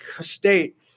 state